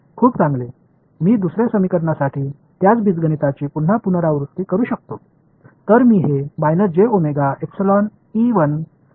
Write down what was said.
खूप चांगले मी दुसर्या समीकरणासाठी त्याच बीजगणनाची पुन्हा पुनरावृत्ती करू शकतो